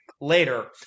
later